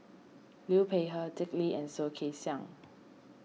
Liu Peihe Dick Lee and Soh Kay Siang